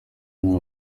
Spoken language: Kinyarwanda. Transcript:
nta